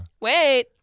wait